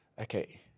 okay